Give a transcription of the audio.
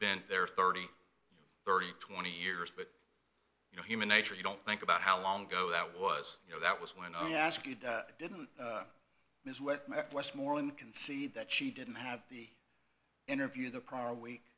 been there thirty thirty twenty years but you know human nature you don't think about how long ago that was you know that was when i ask you didn't miss what westmoreland can see that she didn't have the interview the prior week